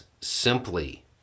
simply